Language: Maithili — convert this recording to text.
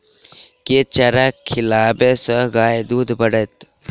केँ चारा खिलाबै सँ गाय दुध बढ़तै?